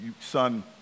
son